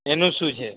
એનુ શું છે